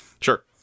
Sure